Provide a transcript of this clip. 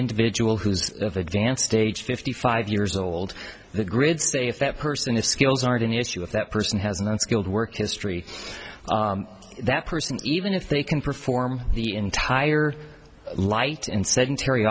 individual who's of advanced age fifty five years old the grid say if that person the skills aren't an issue with that person has an unskilled work history that person even if they can perform the entire light and sedentary